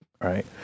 right